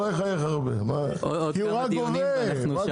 הם רק גובים.